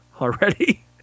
already